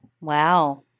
Wow